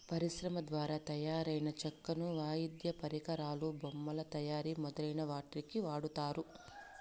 పరిశ్రమల ద్వారా తయారైన చెక్కను వాయిద్య పరికరాలు, బొమ్మల తయారీ మొదలైన వాటికి వాడతారు